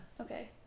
Okay